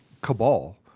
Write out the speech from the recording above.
cabal